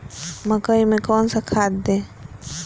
मकई में कौन सा खाद दे?